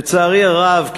לצערי הרב,